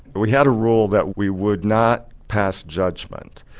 but we had a rule that we would not pass judgment.